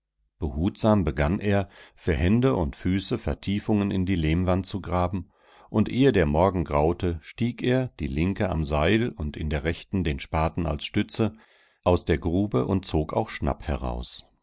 behutsam begann er für hände und füße vertiefungen in die lehmwand zu graben und ehe der morgen graute stieg er die linke am seil und in der rechten den spaten als stütze aus der grube und zog auch schnapp heraus